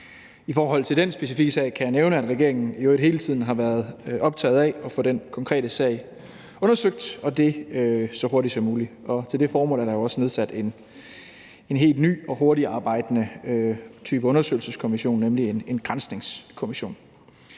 i forhold til den specifikke sag kan jeg nævne, at regeringen i øvrigt hele tiden har været optaget af at få den konkrete sag undersøgt, og det så hurtigt som muligt. Til det formål er der jo også nedsat en helt ny og hurtigtarbejdende type undersøgelseskommission, nemlig en granskningskommission.